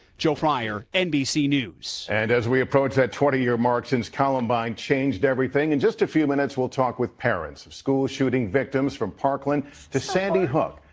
joe fryer, nbc news. and as we approach that twenty year mark since columbine changed everything, in just a few minutes we'll talk with parents of school shooting victims from parkland to sandy hook,